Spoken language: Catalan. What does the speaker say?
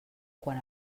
quan